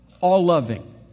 all-loving